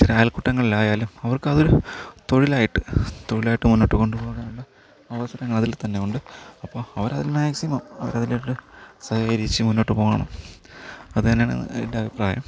ചില അയൽക്കൂട്ടങ്ങളിലായാലും അവർക്കതൊരു തൊഴിലായിട്ട് തൊഴിലായിട്ട് മുന്നോട്ട് കൊണ്ടുപോകാനുള്ള അവസരങ്ങൾ അതിൽ തന്നെ ഉണ്ട് അപ്പോള് അവരതിൽ മാക്സിമം അവരതുമായിട്ട് സഹകരിച്ച് മുന്നോട്ട് പോകണം അതു തന്നെയാണ് എൻ്റെ അഭിപ്രായം